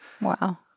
wow